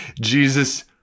Jesus